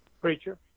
preacher